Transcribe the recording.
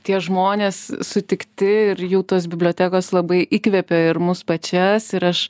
tie žmonės sutikti ir jų tos bibliotekos labai įkvepė ir mus pačias ir aš